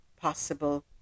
possible